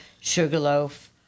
sugarloaf